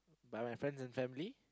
by my friends and family